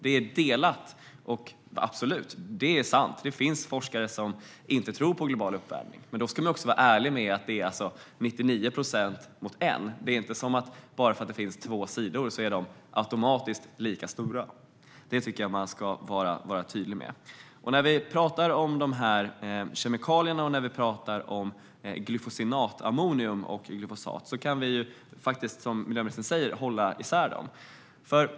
Det är sant att det finns forskare som inte tror på global uppvärmning, men då ska man vara ärligt med att det kan vara 99 procent mot 1 procent. Bara för att det finns två sidor är de inte automatiskt lika stora. Det ska man vara tydlig med. Som miljöministern säger ska man hålla isär glufosinatammonium och glyfosat.